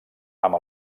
amb